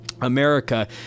America